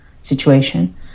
situation